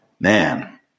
man